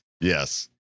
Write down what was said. Yes